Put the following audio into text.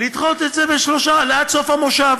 לדחות את זה בשלושה, עד סוף המושב.